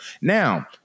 Now